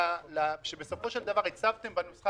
המרכיבים שבסופו של דבר הצבתם בנוסחה.